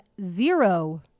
zero